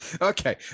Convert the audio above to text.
Okay